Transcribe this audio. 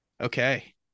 okay